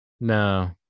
No